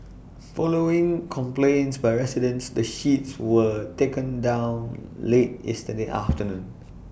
following complaints by residents the sheets were taken down late yesterday afternoon